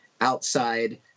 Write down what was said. outside